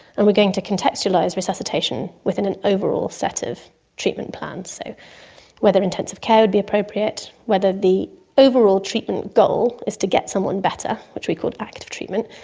and we are going to contextualise resuscitation within an overall set of treatment plans. so whether intensive care would be appropriate, whether the overall treatment goal is to get someone better, which we called active treatment,